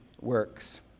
works